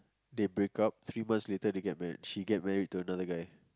they break up three months later they get married she get married to another guy